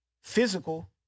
physical